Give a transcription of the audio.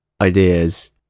ideas